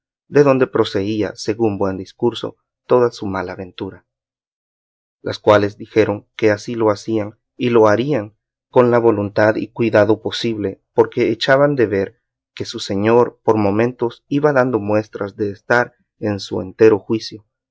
de donde procedía según buen discurso toda su mala ventura las cuales dijeron que así lo hacían y lo harían con la voluntad y cuidado posible porque echaban de ver que su señor por momentos iba dando muestras de estar en su entero juicio